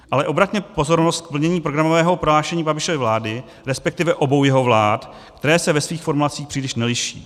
Ale obraťme pozornost k plnění programového prohlášení Babišovy vlády, respektive obou jeho vlád, které se ve svých formulacích příliš neliší.